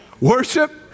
Worship